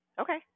Okay